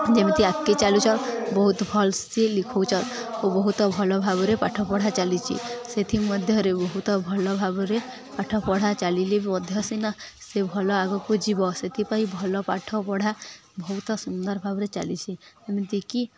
ଯେମିତି ଆଗ୍କେ ଚାଲୁଛନ୍ ବହୁତ ଭଲ୍ ସେି ଲିଖୋଉଚନ୍ ଓ ବହୁତ ଭଲ ଭାବରେ ପାଠପଢ଼ା ଚାଲିଚି ସେଥି ମଧ୍ୟରୁ ବହୁତ ଭଲ ଭାବରେ ପାଠପଢ଼ା ଚାଲିଲେ ମଧ୍ୟ ସିନା ସେ ଭଲ ଆଗକୁ ଯିବ ସେଥିପାଇଁ ଭଲ ପାଠପଢ଼ା ବହୁତ ସୁନ୍ଦର ଭାବରେ ଚାଲିଛି ଯେମିତିକି